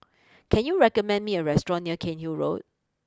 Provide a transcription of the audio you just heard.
can you recommend me a restaurant near Cairnhill Road